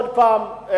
עוד פעם,